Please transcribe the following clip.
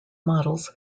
models